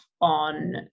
on